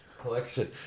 collection